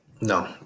No